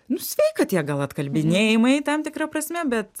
nu sveika tie gal atkalbinėjimai tam tikra prasme bet